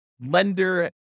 lender